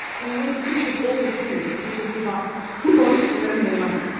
i mean when you think of all the things that people give up in order to earn more money.